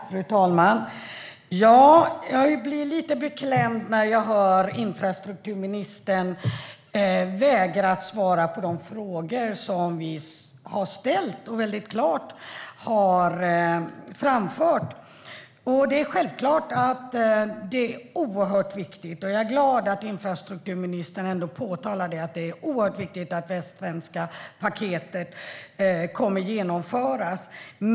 Fru talman! Jag blir lite beklämd när infrastrukturministern vägrar svara på de frågor som vi har ställt och väldigt klart framfört. Det är självklart att det är oerhört viktigt - jag är glad att infrastrukturministern säger det - att det västsvenska paketet kommer att genomföras.